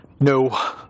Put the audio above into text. no